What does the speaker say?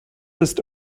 ist